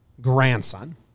grandson